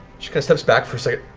she steps back for a